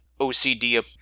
OCD